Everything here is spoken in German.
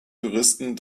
touristen